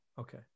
Okay